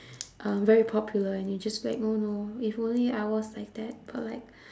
um very popular and you just like oh no if only I was like that but like